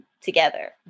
together